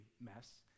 mess